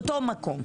באותו מקום.